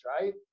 right